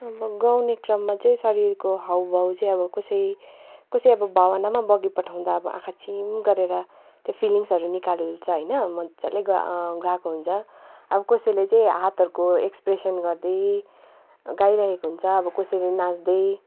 अब गाउने क्रममा चाहिँ शरीरको हाउभाउ चाहिँ अब कसै कसै अब भावनामा बगिपठाउँदा अब आँखा चिम् गरेर त्यो फिलिङ्सहरू निकालिन्छ होइन मजाले गा गाएको हुन्छ अब कसैले चाहिँ हातहरूको एक्सप्रेसन गर्दै गाइरहेको हुन्छ अब कसैले नाच्दै